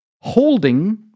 holding